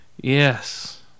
Yes